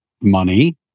money